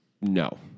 No